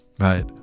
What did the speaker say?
Right